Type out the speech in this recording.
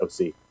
OC